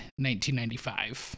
1995